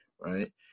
right